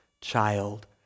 child